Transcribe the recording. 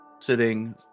sitting